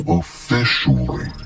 officially